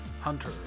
Hunter